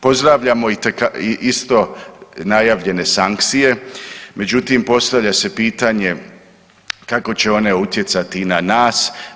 Pozdravljamo isto najavljene sankcije, međutim postavlja se pitanje kako će one utjecati na nas.